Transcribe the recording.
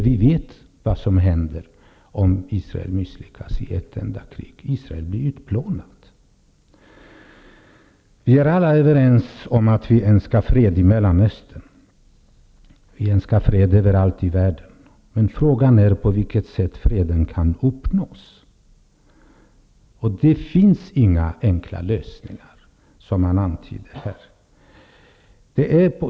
Vi vet vad som händer om Israel misslyckas i ett enda krig: Israel blir utplånat. Vi är alla överens om att vi önskar fred i Mellanöstern. Vi önskar fred överallt i världen. Men frågan är på vilket sätt freden kan uppnås. Det finns inga enkla lösningar, som man antyder här.